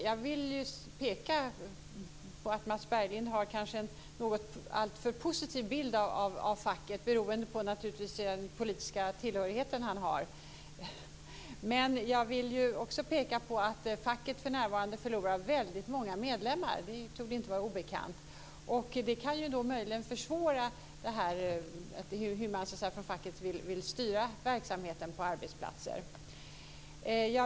Jag vill peka på att Mats Berglind kanske har en alltför positiv bild av facket - naturligtvis beroende på hans politiska tillhörighet. Men jag vill också peka på att facket för närvarande förlorar många medlemmar. Det torde inte vara obekant. Det kan möjligen försvåra hur facket vill styra verksamheter på arbetsplatser.